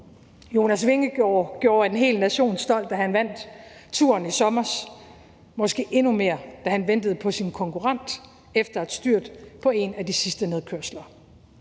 Jonas Vingegaard gjorde en hel nation stolt, da han vandt Touren i sommer, og måske endnu mere, da han ventede på sin konkurrent efter et styrt på en af de sidste nedkørsler.